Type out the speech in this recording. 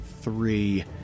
three